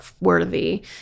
worthy